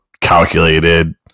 calculated